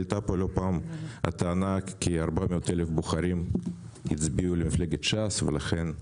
עלתה פה לא פעם הטענה כי 400,000 בוחרים הצביעו למפלגת ש"ס ולכן,